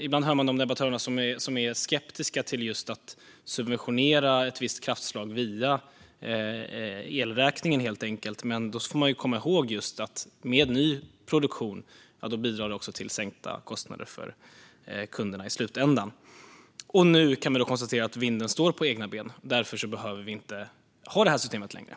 Ibland hör man debattörer som är skeptiska till att just subventionera ett visst kraftslag via elräkningen. Men då ska man komma ihåg att ny produktion i slutändan bidrar till sänkta kostnader för kunderna. Nu kan vi konstatera att vinden står på egna ben, och därför behöver vi inte ha detta system längre.